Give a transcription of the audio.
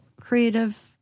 creative